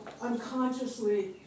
unconsciously